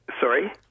Sorry